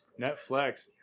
Netflix